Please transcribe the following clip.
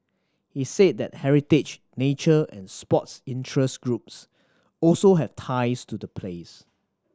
he said that heritage nature and sports interest groups also have ties to the plays